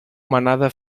manada